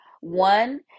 One